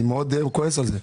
אני מאוד כועס על זה.